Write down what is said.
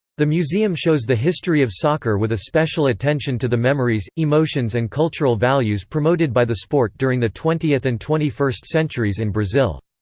the museum shows the history of soccer with a special attention to the memories, emotions and cultural values promoted by the sport during the twentieth and twenty first centuries in brazil.